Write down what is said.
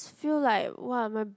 feel like [wah] my